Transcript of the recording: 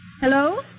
Hello